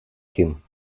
him